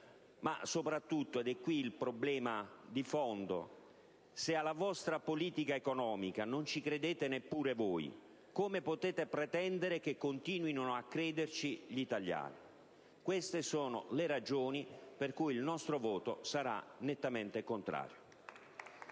Ma soprattutto (ed è qui il problema di fondo): se alla vostra politica economica non ci credete neppure voi, come potete pretendere che continuino a farlo gli italiani? Queste sono le ragioni per le quali il nostro voto sarà nettamente contrario.